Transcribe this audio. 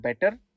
better